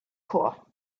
core